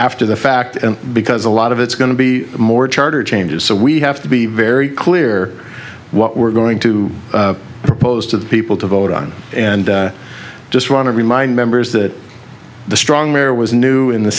after the fact and because a lot of it's going to be more charter changes so we have to be very clear what we're going to propose to the people to vote on and i just want to remind members that the strong there was new in the